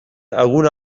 algun